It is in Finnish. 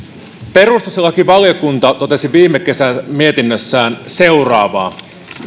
perustuslakivaliokunta totesi viime kesän mietinnössään seuraavaa